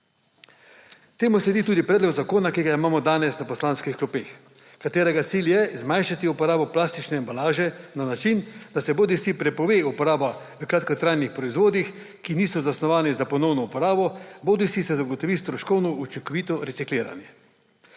Temu sledi tudi predlog zakona, ki ga imamo danes na poslanskih klopeh, katerega cilj je zmanjšati uporabo plastične embalaže na način, da se bodisi prepove uporaba kratkotrajnih proizvodih, ki niso zasnovani za ponovno uporabo, bodisi se zagotovi stroškovno učinkovito recikliranje.